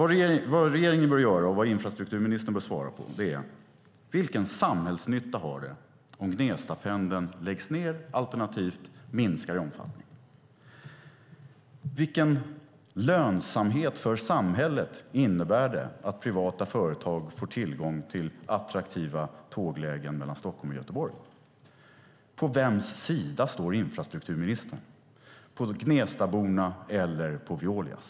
Det regeringen och infrastrukturministern bör svara på är vilken samhällsnytta det har om Gnestapendeln läggs ned alternativt minskar i omfattning samt vilken lönsamhet det är för samhället att privata företag får tillgång till attraktiva tåglägen mellan Stockholm och Göteborg. På vems sida står infrastrukturministern, på Gnestabornas eller på Veolias?